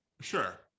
sure